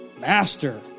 master